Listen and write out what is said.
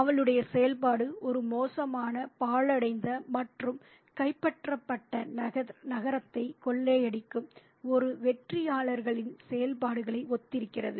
அவளுடைய செயல்பாடு ஒரு மோசமான பாழடைந்த மற்றும் கைப்பற்றப்பட்ட நகரத்தை கொள்ளையடிக்கும் ஒரு வெற்றியாளர்களின் செயல்பாடுகளை ஒத்திருக்கிறது